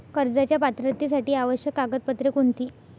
कर्जाच्या पात्रतेसाठी आवश्यक कागदपत्रे कोणती?